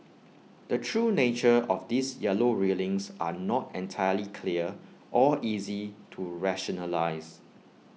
the true nature of these yellow railings are not entirely clear or easy to rationalise